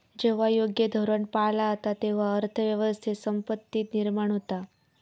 जेव्हा योग्य धोरण पाळला जाता, तेव्हा अर्थ व्यवस्थेत संपत्ती निर्माण होता